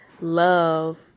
love